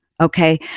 okay